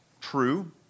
true